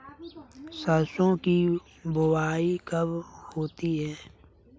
सरसों की बुआई कब होती है?